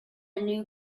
new